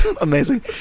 Amazing